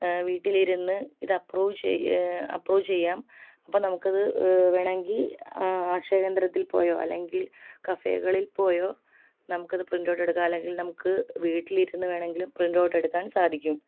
വീട്ടിലിരുന്ന് ഇത് അപ്പ്രൂവ് ചെയ്യാം അപ്പ്രൂവ് ചെയ്യാം നമുക്ക് വേണമെങ്കിൽ അക്ഷയ കേന്ദ്രത്തിൽ പോയോ അല്ലെങ്കിൽ കഫെകളിൽ പോയോ നമുക്കത് പ്രിൻറ് ഔട്ട് എടുക്കാം അല്ലെങ്കിൽ നമുക്ക് വീട്ടിലിരുന്ന് വേണമെങ്കിലും പ്രിൻറ് ഔട്ട് എടുക്കാൻ സാധിക്കും